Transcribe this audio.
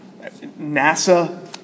NASA